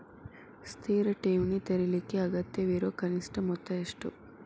ಸ್ಥಿರ ಠೇವಣಿ ತೆರೇಲಿಕ್ಕೆ ಅಗತ್ಯವಿರೋ ಕನಿಷ್ಠ ಮೊತ್ತ ಎಷ್ಟು?